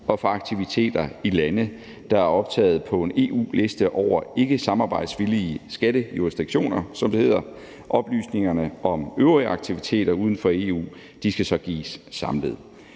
og for aktiviteter i lande, der er optaget på en EU-liste over ikkesamarbejdsvillige skattejurisdiktioner, som det hedder. Oplysningerne om øvrige aktiviteter uden for EU skal så gives samlet.